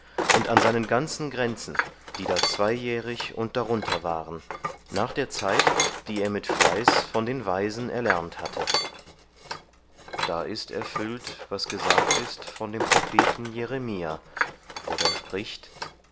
und an seinen ganzen grenzen die da zweijährig und darunter waren nach der zeit die er mit fleiß von den weisen erlernt hatte da ist erfüllt was gesagt ist von dem propheten jeremia der da spricht